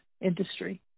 industry